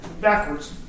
Backwards